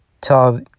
tell